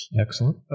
Excellent